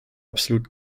absolut